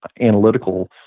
analytical